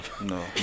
No